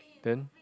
then